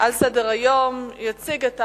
על סדר-היום: הצעת חוק